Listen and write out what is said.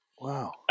Wow